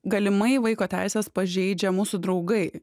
galimai vaiko teises pažeidžia mūsų draugai